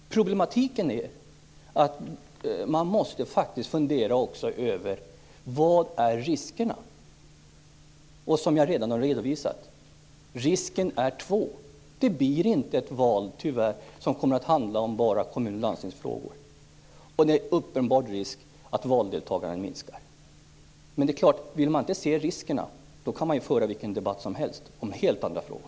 Prolematiken är att man faktiskt också måste fundera över vilka riskerna är. Som jag redan har redovisat finns det två risker. Det blir nämligen, tyvärr, inte ett val som bara handlar om kommun och landstingsfrågor. Dessutom är risken uppenbar att valdeltagandet minskar. Om man inte vill se riskerna kan man ju föra vilken debatt som helst om helt andra frågor.